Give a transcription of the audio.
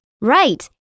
Right